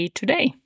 today